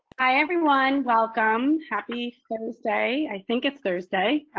hi, everyone. welcome. happy thursday. i think it's thursday.